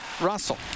Russell